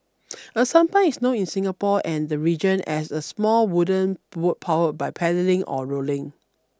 a sampan is known in Singapore and the region as a small wooden boat powered by paddling or rowing